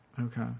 Okay